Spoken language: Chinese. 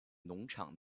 农场